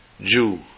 Jew